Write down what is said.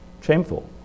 Shameful